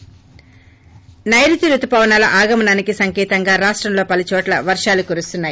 ి సైరుతి రుతుపవనాల ఆగమనానికి సంకేతంగా రాష్టంలో పలుచోట్ల వర్షాలు కురుస్తున్నాయి